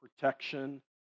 protection